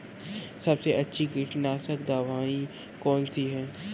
सबसे अच्छी कीटनाशक दवाई कौन सी है?